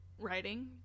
writing